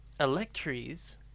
electries